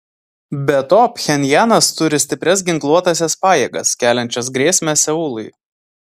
be to pchenjanas turi stiprias ginkluotąsias pajėgas keliančias grėsmę seului